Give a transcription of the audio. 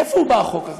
מאיפה בא החוק?